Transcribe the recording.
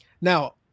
now